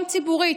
גם ציבורית,